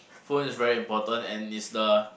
phone is very important and is the